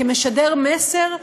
כמשדר מסר,